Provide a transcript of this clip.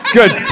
Good